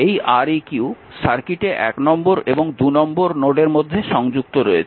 এই Req সার্কিটে 1 নম্বর এবং 2 নম্বর নোডের মধ্যে সংযুক্ত রয়েছে